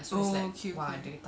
oh okay okay